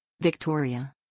Victoria